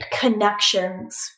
connections